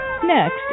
Next